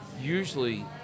usually